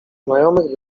znajomych